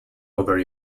over